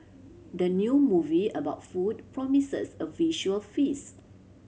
the new movie about food promises a visual feast